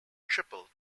triple